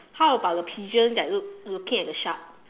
how about the pigeon that look~ looking at the shark